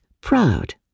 proud